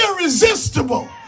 irresistible